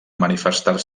manifestar